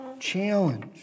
challenge